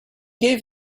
gave